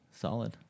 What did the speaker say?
Solid